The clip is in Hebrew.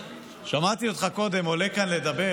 שמעתי אותך קודם עולה כאן לדבר